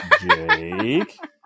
Jake